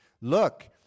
Look